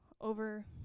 over